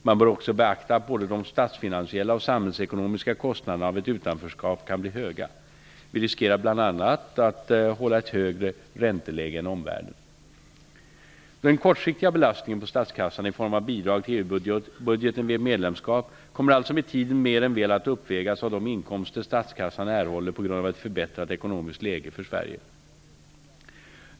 Man bör också beakta att både de statsfinansiella och samhällsekonomiska kostnaderna av ett utanförskap kan bli höga. Vi riskerar bl.a. att tvingas hålla ett högre ränteläge än omvärlden. Den kortsiktiga belastningen på statskassan i form av bidrag till EU-budgeten vid ett medlemskap kommer alltså med tiden mer än väl att uppvägas av de inkomster statskassan erhåller på grund av ett förbättrat ekonomiskt läge för Sverige.